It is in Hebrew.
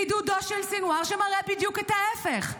בעידודו של סנוואר, שמראה בדיוק את ההפך.